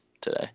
today